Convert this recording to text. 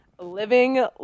living